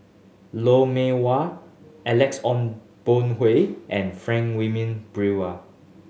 Lou Mee Wah Alex Ong Boon and Frank Wilmin Brewer